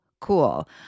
cool